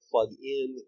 plug-in